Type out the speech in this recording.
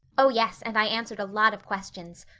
oh, yes and i answered a lot of questions.